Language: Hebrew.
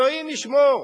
אלוהים ישמור.